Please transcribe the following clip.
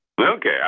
Okay